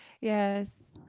Yes